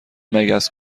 مگس